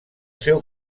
seu